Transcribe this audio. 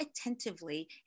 attentively